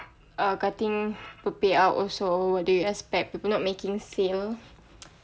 err cutting to payout also they expect people not making sale